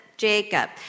Jacob